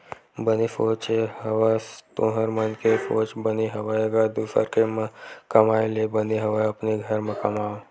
बने सोच हवस तुँहर मन के सोच बने हवय गा दुसर के म कमाए ले बने हवय अपने घर म कमाओ